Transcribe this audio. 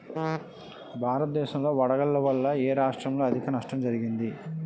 భారతదేశం లో వడగళ్ల వర్షం వల్ల ఎ రాష్ట్రంలో అధిక నష్టం జరిగింది?